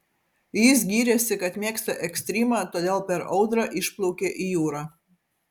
jis gyrėsi kad mėgsta ekstrymą todėl per audrą išplaukė į jūrą